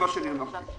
אחזור שוב על מה שאמרתי.